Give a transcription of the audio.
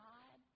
God